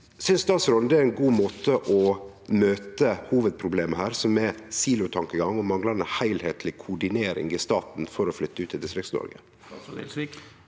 Synest statsråden det er ein god måte å møte hovudproblemet på, som er silotankegang og manglande heilskapleg koordinering i staten for å flytte ut til Distrikts-Noreg?